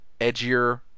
edgier